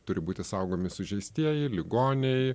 turi būti saugomi sužeistieji ligoniai